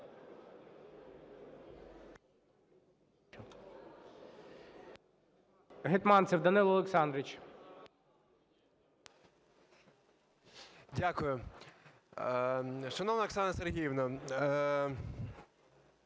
Дякую. Шановна Оксано Сергіївно,